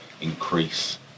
increase